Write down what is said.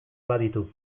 baditu